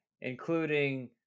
including